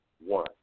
one